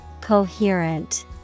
Coherent